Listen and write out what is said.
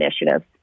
initiatives